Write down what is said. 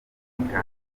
kugarura